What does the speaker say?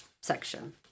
section